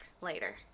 later